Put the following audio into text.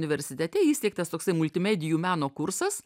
universitete įsteigtas toksai multimedijų meno kursas